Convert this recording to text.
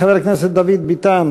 חבר הכנסת דוד ביטן,